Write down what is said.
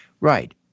Right